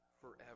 forever